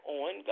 on